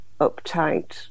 uptight